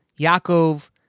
Yaakov